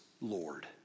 Lord